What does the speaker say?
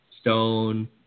Stone